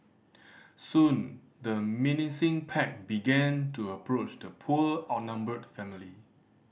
soon the menacing pack began to approach the poor outnumbered family